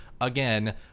again